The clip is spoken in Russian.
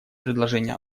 предложения